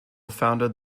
founded